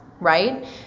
Right